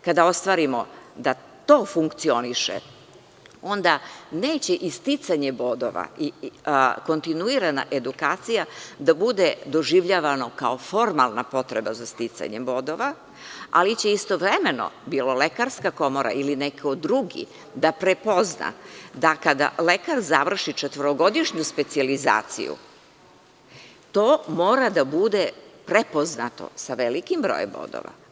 Kada ostvarimo da to funkcioniše, onda neće i sticanje bodova i kontinuirana edukacija da bude doživljavana kao formalna potreba za sticanjem bodova, ali će istovremeno, bilo Lekarska komora ili neko drugi, da prepozna da kada lekar završi četvorogodišnju specijalizaciju, to mora da bude prepoznato sa velikim brojem bodova.